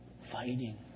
fighting